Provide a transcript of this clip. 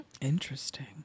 Interesting